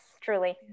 truly